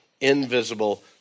invisible